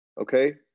Okay